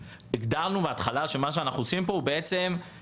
הגדרנו בהתחלה שמה שאנחנו עושים פה הוא מיישרים